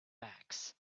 backs